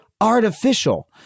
artificial